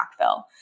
backfill